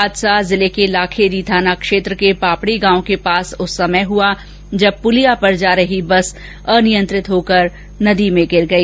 हादसा जिले के लाखेरी थाना क्षेत्र के पापड़ी गांव के पास उस समय हुआ जब पुलिया पर जा रही बसे अनियंत्रित होकर नदी में गिर गई